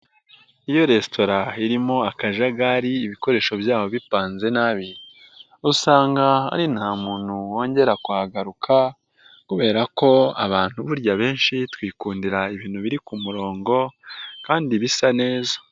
Iyo resitora irimo akajagari ibikoresho byabo bipanze nabi, usanga ari nta muntu wongera kuhagaruka kubera ko abantu burya benshi twikundira ibintu biri ku murongo kandi bisa neza.